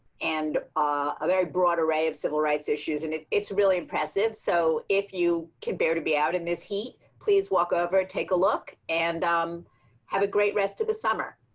and a very broad array of civil rights issues. and it's really impressive. so if you can bear to be out in this heat please walk over, take a look and um have a great rest of the summer.